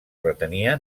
retenia